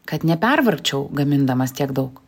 kad nepervargčiau gamindamas tiek daug